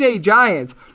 Giants